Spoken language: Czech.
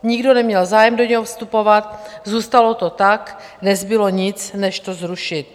Nikdo neměl zájem do něho vstupovat, zůstalo to tak, nezbylo nic než to zrušit.